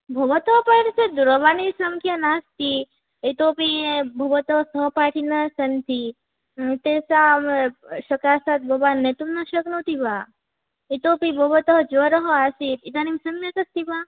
भवता पार्श्वे दूरवाणीसङ्ख्या नास्ति इतोऽपि भवतः सहपाठिनः सन्ति तेषां सकाशात् भवान् नेतुं न शक्नोति वा इतोऽपि भवतः ज्वरः आसीत् इदानीं सम्यक् अस्ति वा